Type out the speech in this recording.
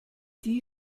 die